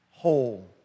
whole